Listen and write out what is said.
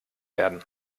werden